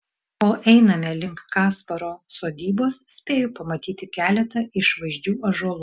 kol einame link kasparo sodybos spėju pamatyti keletą išvaizdžių ąžuolų